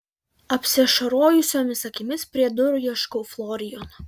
apsiašarojusiomis akimis prie durų ieškau florijono